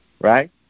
right